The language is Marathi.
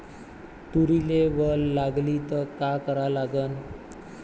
तुरीले वल लागली त का करा लागन?